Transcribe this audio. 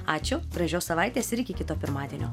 ačiū gražios savaitės ir iki kito pirmadienio